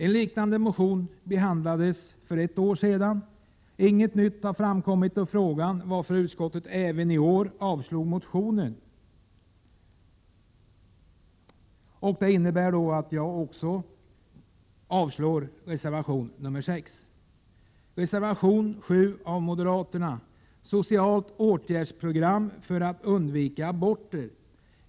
En liknande motion behandlades för ett år sedan. Inget nytt har framkommit i frågan, varför utskottet även i år yrkar avslag på motionen. Det innebär att jag yrkar avslag också på reservation 6. Reservation 7 av moderaterna handlar om ett socialt åtgärdsprogram för att undvika aborter.